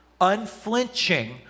unflinching